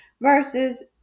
versus